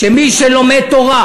שמי שלומד תורה,